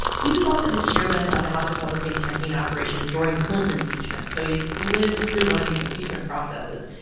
he was also the chairman of the house republican campaign operation during clinton's impeachment, so he's lived through one of these impeachment processes.